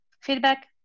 Feedback